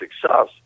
success